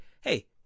hey